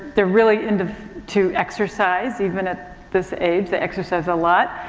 they're really into to exercise even at this age. they exercise a lot.